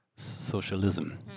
Socialism